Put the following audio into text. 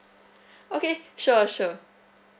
okay sure sure